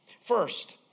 First